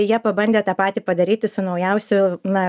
jie pabandė tą patį padaryti su naujausiu na